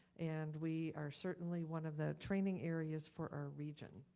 and we are certainly one of the training areas for our region.